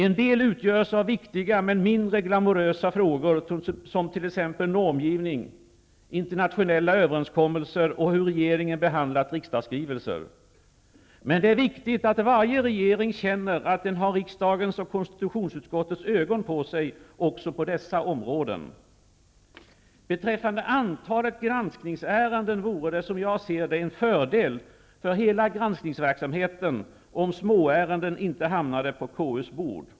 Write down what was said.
En del utgörs av viktiga men mindre glamorösa frågor, t.ex. normgivning, internationella överenskommelser och hur regeringen har behandlat riksdagsskrivelser. Men det är viktigt att varje regering känner att den har riksdagens och konstitutionsutskottets ögon på sig också på dessa områden. Beträffande antalet granskningsärenden vore det, som jag ser det, en fördel för hela granskningsverksamheten om småärenden inte hamnade på KU:s bord.